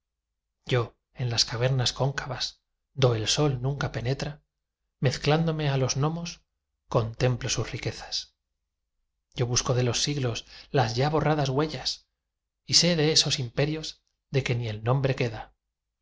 yo en las cavernas cóncavas do el sol nunca penetra mezclándome á los gnomos contemplo sus riquezas yo busco de los siglos las ya borradas huellas y sé de esos imperios de que ni el nombre queda